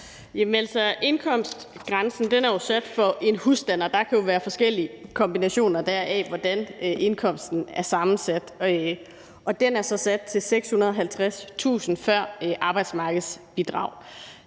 Jamen altså, indkomstgrænsen er jo sat for en husstand, og der kan der jo være forskellige kombinationer af, hvordan indkomsten er sammensat, og den er så sat til 650.000 kr. før arbejdsmarkedsbidrag.